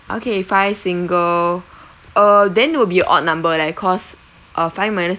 okay five single err then will be odd number leh cause uh five minus